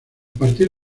partir